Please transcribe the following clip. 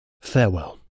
Farewell